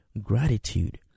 gratitude